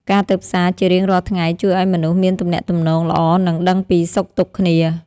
ការទៅផ្សារជារៀងរាល់ថ្ងៃជួយឱ្យមនុស្សមានទំនាក់ទំនងល្អ និងដឹងពីសុខទុក្ខគ្នា។